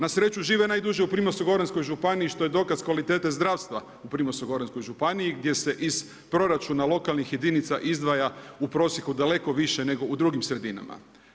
Na sreću žive najduže u Primorsko-goranskoj županiji što je dokaz kvalitete zdravstva u Primorsko-goranskoj županiji gdje se iz proračuna lokalnih jedinica izdvaja u prosjeku daleko više nego u drugim sredinama.